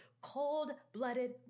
cold-blooded